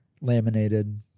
laminated